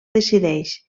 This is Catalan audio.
decideix